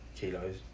kilos